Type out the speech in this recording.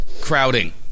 crowding